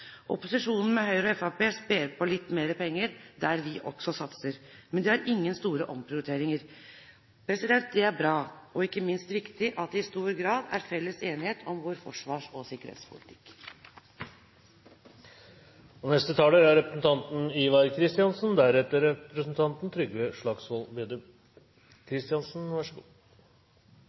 Opposisjonen med Høyre og Fremskrittspartiet sper på litt mer penger der vi også satser, men de har ingen store omprioriteringer. Det er bra og ikke minst riktig at det i stor grad er felles enighet om vår forsvars- og sikkerhetspolitikk.